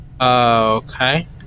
Okay